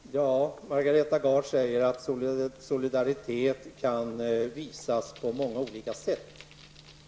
Fru talman! Margareta Gard säger att solidaritet kan visas på många olika sätt.